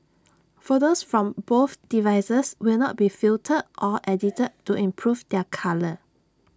photos from both devices will not be filtered or edited to improve their colour